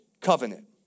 covenant